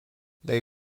they